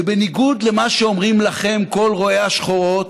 ובניגוד למה שאומרים לכם כל רואי השחורות,